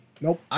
Nope